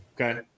Okay